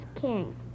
king